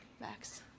Max